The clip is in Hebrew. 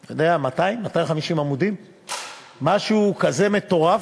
אני יודע, 250-200 עמודים, משהו כזה מטורף,